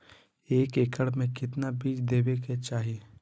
एक एकड़ मे केतना बीज देवे के चाहि?